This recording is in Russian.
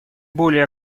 более